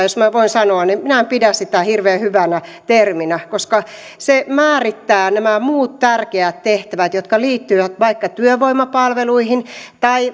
jos minä voin sanoa niin minä en pidä sitä hirveän hyvänä terminä koska se määrittää nämä muut tärkeät tehtävät jotka liittyvät vaikka työvoimapalveluihin